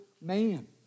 man